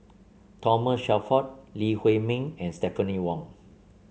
Thomas Shelford Lee Huei Min and Stephanie Wong